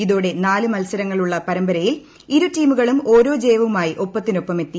ഇതോടെ നാല് മത്സരങ്ങളുളള പരമ്പരയിൽ ഇരു ടീമുകളും ഓരോ ജയവുമായി ഒപ്പത്തിനൊപ്പമെത്തി